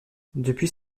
depuis